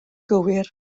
gywir